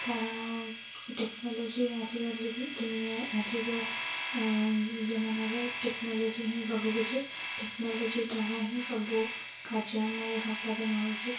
କାରଣ ଟେକ୍ନୋଲୋଜି ଆଜିକା ଦୁନିଆ ଆଜିକା ଜମାନାରେ ଟେକ୍ନୋଲୋଜି ହିଁ ସବୁକିଛି ଟେକ୍ନୋଲୋଜି ଦ୍ୱାରା ହିଁ ସବୁ କାର୍ଯ୍ୟ ଆମର ସମ୍ପାଦନ ହେଉଛି